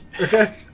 Okay